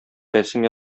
рәсем